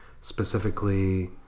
specifically